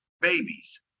babies